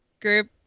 group